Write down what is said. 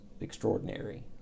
extraordinary